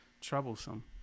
troublesome